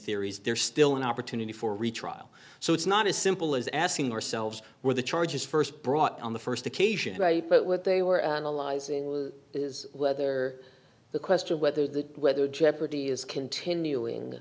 theories there's still an opportunity for retrial so it's not as simple as asking ourselves where the charges first brought on the first occasion but what they were analyzing is whether the question of whether the whether jeopardy is continuing